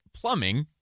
plumbing